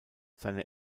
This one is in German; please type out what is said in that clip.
seine